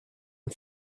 and